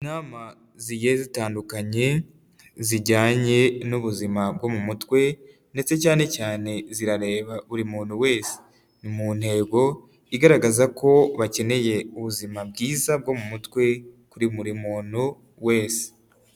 Inama zigiye zitandukanye zijyanye n'ubuzima bwo mu mutwe, ndetse cyane cyane zirareba buri muntu wese. Ni mu ntego igaragaza ko bakeneye ubuzima bwiza bwo mu mutwe kuri buri muntu wese.